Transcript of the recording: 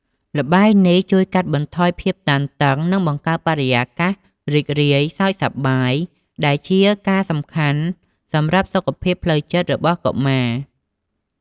ល្បែងនេះជួយកាត់បន្ថយភាពតានតឹង និងបង្កើតបរិយាកាសរីករាយ សើចសប្បាយ ដែលជាការសំខាន់សម្រាប់សុខភាពផ្លូវចិត្តរបស់កុមារ។